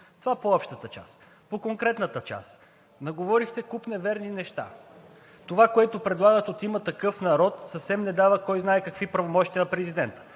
Това по общата част. По конкретната част. Наговорихте куп неверни неща. Това, което предлагат от „Има такъв народ“, съвсем не дава кой знае какви правомощия на президента.